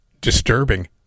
disturbing